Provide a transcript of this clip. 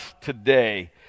today